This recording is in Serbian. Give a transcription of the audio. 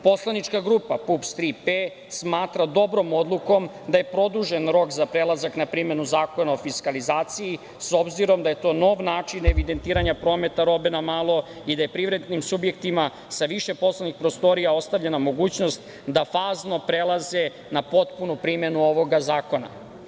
Poslanika grupa PUPS „Tri P“ smatra dobrom odlukom da je produžen rok za prelazak na primenu Zakona o fiskalizaciji, s obzirom da je to nov način evidentiranja prometa robe na malo i da je privrednim subjektima sa više poslovnih prostorija ostavljena mogućnost da fazno prelaze na potpunu primenu ovog zakona.